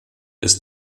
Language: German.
ist